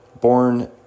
Born